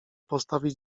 postawić